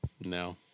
No